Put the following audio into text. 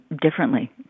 differently